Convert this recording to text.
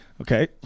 Okay